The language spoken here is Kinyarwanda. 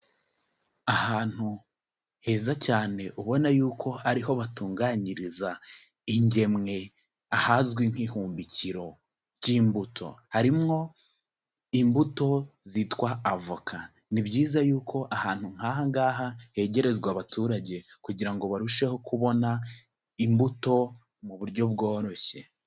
Ahantu heza cyane ubona yuko ariho batunganyiriza ingemwe ahazwi nk'ihumbikiro ry'imbuto. Harimo imbuto zitwa avoka. Ni byiza yuko ahantu nk'aha ngaha hegerezwa abaturage kugira ngo barusheho kubona imbuto mu buryo bworoshye.